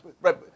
Right